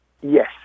Yes